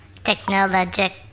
technologic